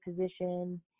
position